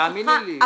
תאמיני לי.